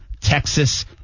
Texas